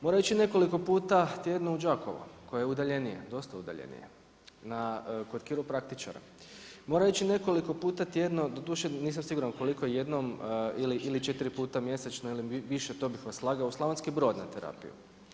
Mora ići nekoliko puta tjedno u Đakovo koje je udaljenije, dosta udaljenije kod kiropraktičara, mora ići nekoliko puta tjedno, doduše nisam siguran koliko, jednom ili 4 puta mjesečno ili više, to bi vas slagao, u Slavonski Brod na terapiju.